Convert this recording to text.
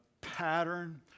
pattern